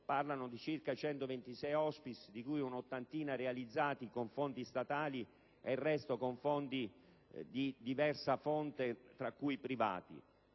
parlano di circa 126 *hospice,* di cui un'ottantina realizzati con fondi statali e il resto con fondi di diversa fonte, tra cui privati).